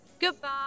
Goodbye